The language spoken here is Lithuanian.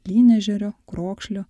lynežerio krokšlio